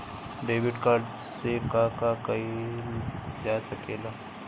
Debit card से का का कइल जा सके ला?